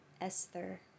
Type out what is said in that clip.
Esther